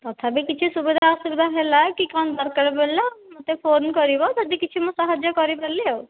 ତଥାପି କିଛି ସୁବିଧା ଅସୁବିଧା ହେଲା କି କ'ଣ ଦରକାର ପଡ଼ିଲା ମୋତେ ଫୋନ କରିବ ଯଦି କିଛି ମୁଁ ସାହାଯ୍ୟ କରିପାରିଲି ଆଉ